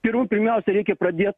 pirmų pirmiausia reikia pradėt